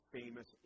famous